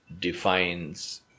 defines